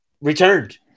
returned